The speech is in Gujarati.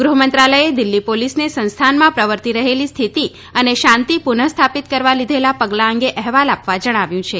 ગૃહમંત્રાલયે દિલ્ફી પોલીસને સંસ્થાનમાં પ્રર્વતી રહેલી સ્થિતિ અને શાંતિ પુનસ્થાપિત કરવા લીધેલા પગલા અંગે અહેવાલ આપવા જણાવ્યું છે